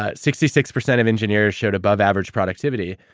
ah sixty six percent of engineers showed above average productivity.